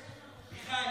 מיכאל,